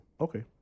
Okay